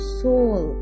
soul